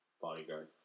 Bodyguard